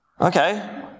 Okay